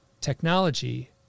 technology